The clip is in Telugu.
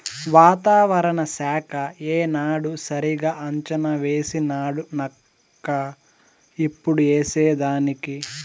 వాతావరణ శాఖ ఏనాడు సరిగా అంచనా వేసినాడుగన్క ఇప్పుడు ఏసేదానికి